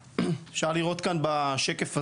אפשר לראות כאן בשקף הזה.